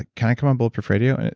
can i come on bulletproof radio. and